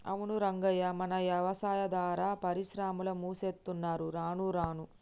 అవును రంగయ్య మన యవసాయాదార పరిశ్రమలు మూసేత్తున్నరు రానురాను